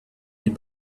did